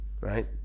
right